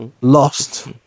lost